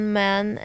man